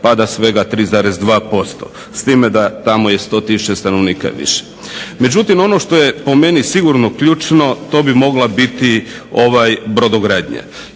pada svega 3,2% s time da je tamo 100 tisuća stanovnika više. Međutim ono što je po meni sigurno ključno to bi mogla biti brodogradnja.